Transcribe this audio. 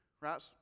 Right